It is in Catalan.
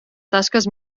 tasques